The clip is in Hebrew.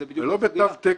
זה לא בתו תקן.